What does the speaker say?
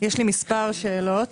יש לי כמה שאלות.